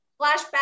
flashback